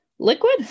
Liquid